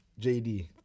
JD